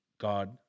God